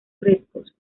frescos